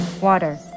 water